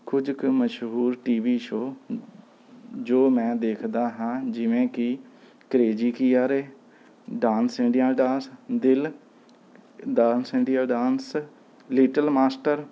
ਕੁਝ ਕੁ ਮਸ਼ਹੂਰ ਟੀ ਵੀ ਸ਼ੋਅ ਜੋ ਮੈਂ ਦੇਖਦਾ ਹਾਂ ਜਿਵੇਂ ਕਿ crazy Kiya Re dance India dance Dil dance India dance little master